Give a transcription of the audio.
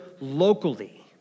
locally